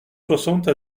soixante